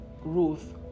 Ruth